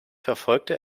verfolgte